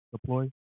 deploy